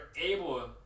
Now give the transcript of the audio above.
able